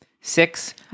six